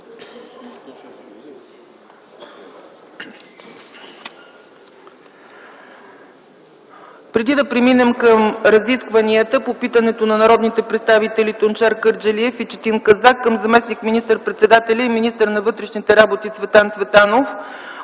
Преди да преминем към разискванията по питането на народните представители Тунчер Кърджалиев и Четин Казак към заместник министър-председателя и министър на вътрешните работи Цветан Цветанов